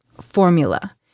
formula